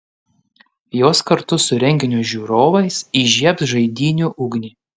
jos kartu su renginio žiūrovais įžiebs žaidynių ugnį